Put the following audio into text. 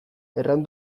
erran